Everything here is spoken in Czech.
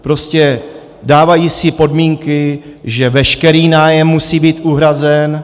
Prostě dávají si podmínky, že veškerý nájem musí být uhrazen.